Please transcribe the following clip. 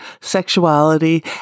sexuality